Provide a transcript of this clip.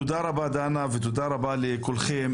תודה רבה, דנה, ותודה רבה לכולכם.